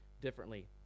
differently